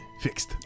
fixed